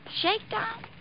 Shakedown